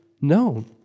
known